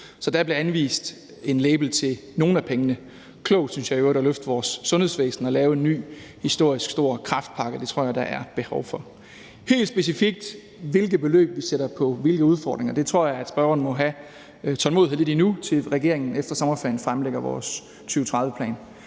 Så der er blevet sat en label på nogle af pengene. Jeg synes i øvrigt, at det er klogt at løfte vores sundhedsvæsen og lave en ny, historisk stor kræftpakke. Det tror jeg at der er behov for. Hvilke beløb vi helt specifikt sætter på hvilke udfordringer, tror jeg at spørgeren må have tålmodighed med lidt endnu, altså indtil regeringen efter sommerferien fremlægger sin 2030-plan.